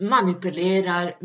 Manipulerar